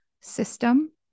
system